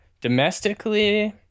domestically